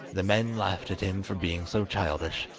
the men laughed at him for being so childish,